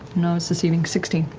no, it's deceiving. sixteen.